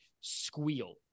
squeal